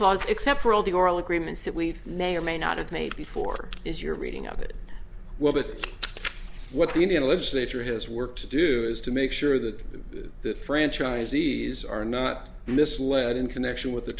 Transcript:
cause except for all the oral agreements that we may or may not have made before is your reading of it well that what the indian legislature has work to do is to make sure that the franchisees are not misled in connection with the